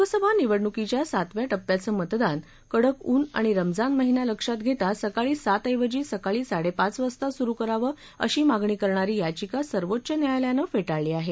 लोकसभा निवडणुकीच्या सातव्या टप्प्याचं मतदान मतदान कडक उन आणि रमजान महिना लक्षात घेता सकाळी सात ऐवजी सकाळी साडे पाच वाजता सुरु करावं अशी मागणी करणारी याचिका सर्वोच्च न्यायालयानं फेटाळली आहे